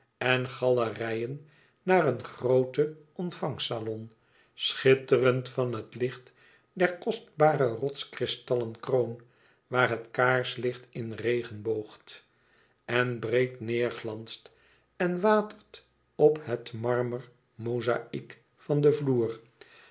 en galerijen naar een grooten ontvangsalon schitterend van het licht der kostbare rotskristallen kroon waar het kaarslicht in regenboogt en breed neêrglanst en watert op het marmermozaiek van den vloer